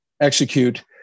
execute